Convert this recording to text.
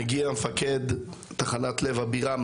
מגיע מפקד תחנת לב הבירה,